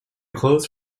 clothes